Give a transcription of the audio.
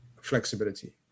flexibility